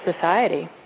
society